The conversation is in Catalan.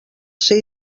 ser